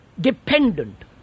dependent